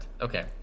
Okay